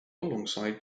alongside